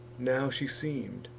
now she seem'd,